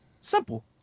Simple